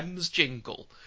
jingle